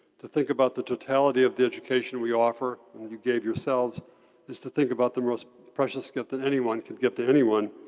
to think about the totality of the education we offer and you gave yourselves is to think about the most precious gift that anyone can give to anyone,